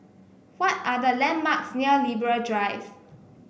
what are the landmarks near Libra Drive